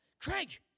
Craig